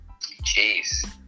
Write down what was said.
Jeez